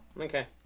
Okay